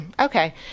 okay